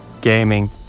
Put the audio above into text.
gaming